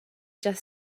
just